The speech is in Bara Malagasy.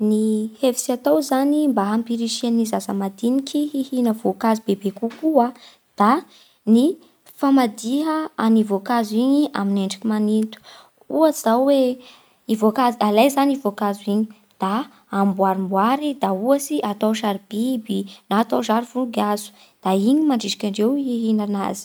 Ny hevitsy atao zany mba hampirisiha ny zaza madiniky hihina voankazo be be kokoa da ny famadiha an'ny voankazo igny amin'ny endriky maninto. Ohatsy izao hoe i voankazo, alay zany voankazo igny da amboarimboary da ohatsy atao sary biby na atao sary voninkazo, da igny mandrisiky andreo hihinana azy.